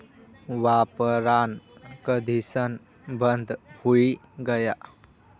वापरान कधीसन बंद हुई गया